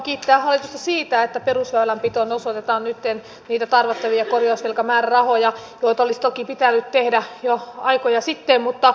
pidän hyvänä asiana että perusväylänpitoon osoitetaan nytten niitä tarvittavia puolustusministeriön hallinnonalan määrärahoja ehdotetaan lisättäväksi kuluvaan vuoteen verrattuna